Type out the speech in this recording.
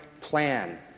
plan